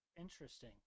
Interesting